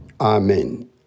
Amen